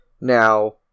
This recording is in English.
Now